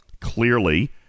Clearly